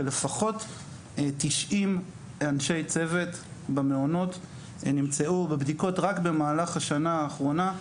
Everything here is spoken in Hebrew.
שלפחות 90 אנשי צוות במעונות נמצאו בבדיקות רק במהלך השנה האחרונה,